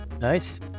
Nice